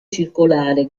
circolare